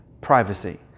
privacy